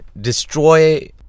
destroy